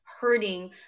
hurting